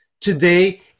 today